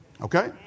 Okay